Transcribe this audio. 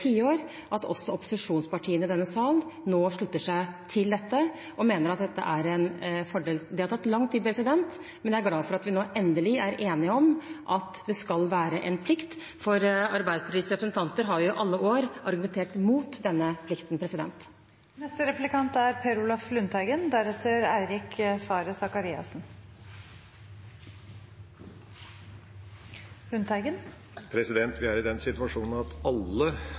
tiår, slutter seg til dette og mener at dette er en fordel. Det har tatt lang tid, men jeg er glad for at vi nå endelig er enige om at det skal være en plikt, for Arbeiderpartiets representanter har jo i alle år argumentert mot denne plikten. Vi er i den situasjonen at alle